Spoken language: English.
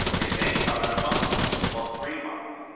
it may come in a month or three months,